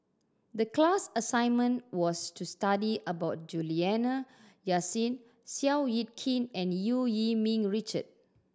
the class assignment was to study about Juliana Yasin Seow Yit Kin and Eu Yee Ming Richard